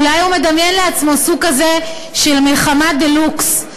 אולי הוא מדמיין לעצמו סוג כזה של מלחמה דה-לוקס,